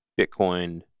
Bitcoin